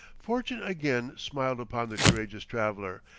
fortune again smiled upon the courageous traveller,